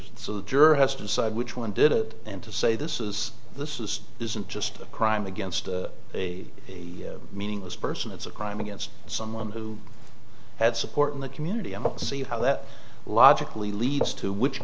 so the jury has to decide which one did it and to say this is this is isn't just a crime against the meaningless person it's a crime against someone who had supported the community and see how that logically leads to which